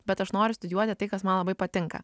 bet aš noriu studijuoti tai kas man labai patinka